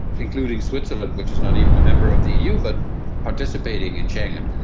including switzerland which is not even a member of the eu but participating in schengen,